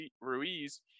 Ruiz